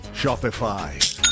shopify